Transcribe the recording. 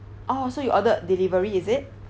oh so you ordered delivery is it